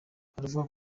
aravuga